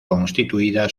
constituida